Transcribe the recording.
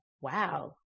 wow